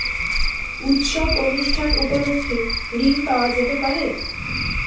উৎসব অনুষ্ঠান উপলক্ষে ঋণ পাওয়া যেতে পারে?